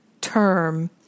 term